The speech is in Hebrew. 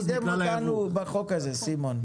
אבל מה זה קידם אותנו בחוק הזה, סימון?